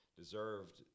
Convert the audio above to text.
deserved